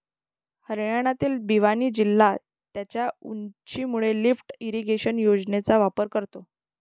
हरियाणातील भिवानी जिल्हा त्याच्या उंचीमुळे लिफ्ट इरिगेशन योजनेचा वापर करतो